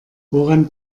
woran